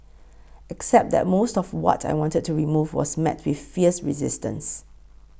except that most of what I wanted to remove was met with fierce resistance